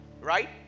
right